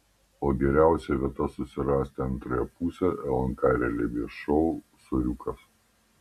o geriausia vieta susirasti antrąją pusę lnk realybės šou soriukas